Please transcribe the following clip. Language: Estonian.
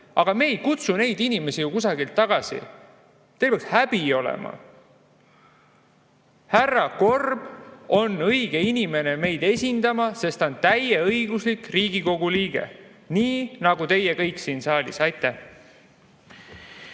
Aga me ei kutsu neid inimesi kusagilt tagasi. Teil peaks häbi olema! Härra Korb on õige inimene meid esindama, sest ta on täieõiguslik Riigikogu liige, nii nagu teie kõik siin saalis. Aitäh!